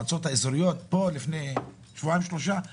פה לפני שבועיים שלושה ישיבה על המועצות האזוריות.